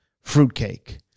Fruitcake